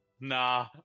Nah